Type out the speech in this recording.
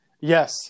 yes